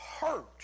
hurt